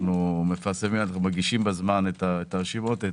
אנחנו מגישים בזמן את הרשימות,